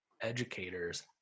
educators